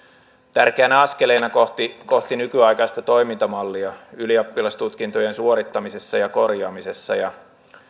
tärkeänä askeleena kohti kohti nykyaikaista toimintamallia ylioppilastutkintojen suorittamisessa ja korjaamisessa